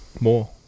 more